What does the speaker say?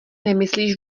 nemyslíš